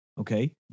okay